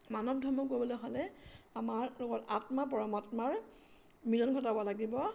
মানৱ ধৰ্ম কৰিবলৈ হ'লে আমাৰ লগত আত্মা পৰমাত্মাৰ মিলন ঘটাব লাগিব